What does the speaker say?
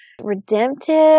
redemptive